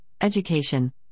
education